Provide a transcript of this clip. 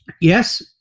Yes